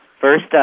First